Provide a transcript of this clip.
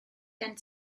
gen